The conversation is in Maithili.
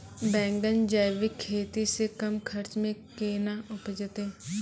बैंगन जैविक खेती से कम खर्च मे कैना उपजते?